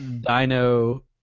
dino